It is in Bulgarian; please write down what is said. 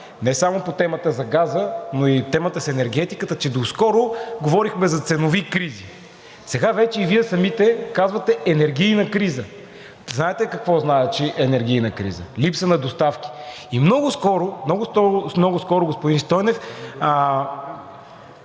не само по темата за газа, но и темата с енергетиката, че доскоро говорихме за ценови кризи. Сега вече и Вие самите казвате „енергийна криза“. Знаете какво значи енергийна криза – липса на доставки. И много скоро, господин Стойнев,